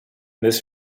this